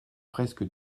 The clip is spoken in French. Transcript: presque